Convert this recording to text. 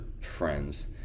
friends